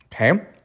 okay